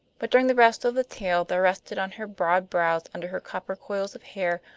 but during the rest of the tale there rested on her broad brows under her copper coils of hair,